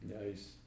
Nice